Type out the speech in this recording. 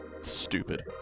stupid